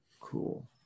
cool